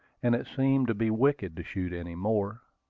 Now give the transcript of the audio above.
and it seemed to be wicked to shoot any more.